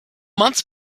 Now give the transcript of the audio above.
months